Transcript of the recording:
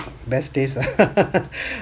best days ah